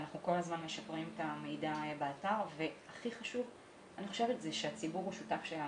אנחנו כל הזמן משפרים את המידע באתר והכי חשוב - הציבור הוא שותף שלנו.